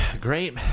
Great